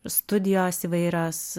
studijos įvairios